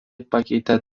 pakeitė